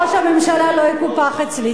ראש הממשלה לא יקופח אצלי,